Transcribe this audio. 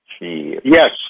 Yes